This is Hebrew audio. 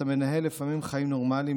אתה מנהל לפעמים חיים נורמליים,